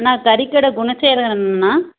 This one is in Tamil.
அண்ணா கறிக்கடை குணசேகரன் அண்ணன்னா